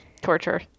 torture